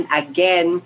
again